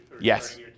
Yes